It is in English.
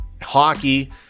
hockey